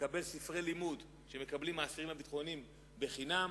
לקבל ספרי לימוד שמקבלים האסירים הביטחוניים בחינם,